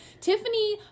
Tiffany